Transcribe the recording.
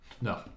No